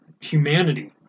humanity